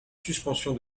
suspension